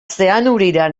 zeanurira